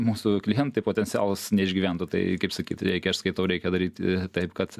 mūsų klientai potencialūs neišgyventų tai kaip sakyt reikia aš skaitau reikia daryti taip kad